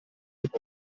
mit